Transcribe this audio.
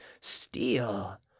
steel